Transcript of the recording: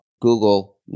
Google